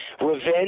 Revenge